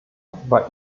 war